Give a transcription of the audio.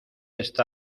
está